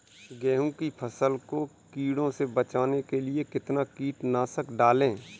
गेहूँ की फसल को कीड़ों से बचाने के लिए कितना कीटनाशक डालें?